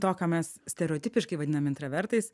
to ką mes stereotipiškai vadinam intravertais